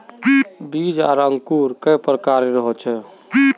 बीज आर अंकूर कई प्रकार होचे?